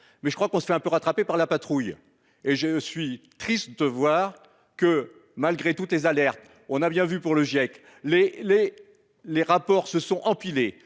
mais je crois qu'on se fait un peu rattrapé par la patrouille. Et je suis triste de voir que malgré toutes les alertes. On a bien vu pour le GIEC, les les les rapports se sont empilés